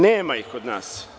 Nema ih kod nas.